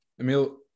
Emil